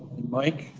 mike?